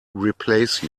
replace